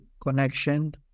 connection